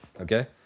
okay